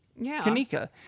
Kanika